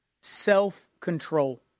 self-control